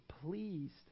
pleased